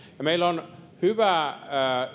meillä on hyvää